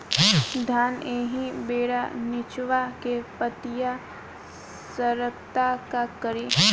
धान एही बेरा निचवा के पतयी सड़ता का करी?